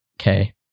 Okay